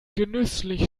genüsslich